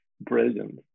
brilliant